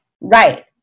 Right